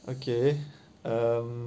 okay um